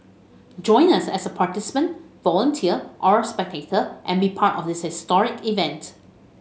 join us as a participant volunteer or spectator and be part of this historic event